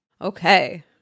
Okay